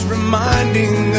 Reminding